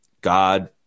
God